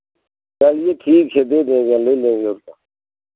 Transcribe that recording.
चलिए ठीक छै दे देगा ले लेंगे